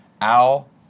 Al